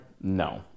No